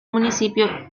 municipio